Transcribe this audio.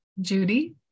Judy